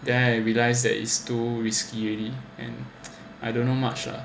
then I realize that is too risky already and I don't know much ah